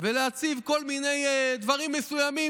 ולהציב כל מיני דברים מסוימים: